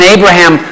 Abraham